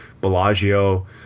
Bellagio